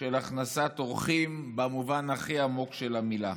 של הכנסת אורחים במובן הכי עמוק של המילה.